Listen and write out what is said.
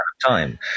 Time